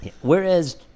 Whereas